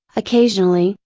occasionally,